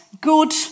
good